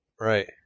Right